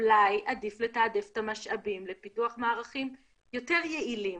אולי עדיף לתעדף את המשאבים לפיתוח מערכים יותר יעילים.